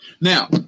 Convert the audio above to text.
Now